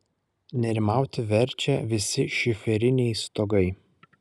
nerimauti verčia visi šiferiniai stogai